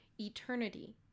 eternity